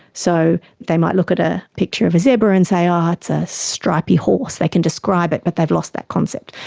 so they might look at a picture of a zebra and say, oh, ah it's a stripy horse. they can describe it but they've lost that concept.